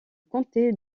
comté